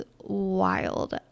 wild